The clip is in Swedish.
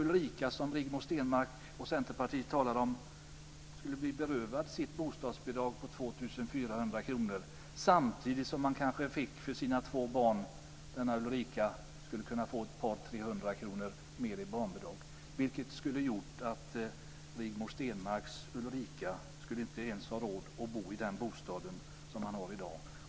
Ulrika, som Rigmor Stenmark och Centerpartiet talade om, skulle naturligtvis bli berövad sitt bostadsbidrag på 2 400 kr samtidigt som hon kanske skulle kunna få 200-300 kr mer i barnbidrag för sina två barn. Det skulle göra att Rigmor Stenmarks Ulrika inte ens skulle ha råd att bo i den bostaden som hon har i dag.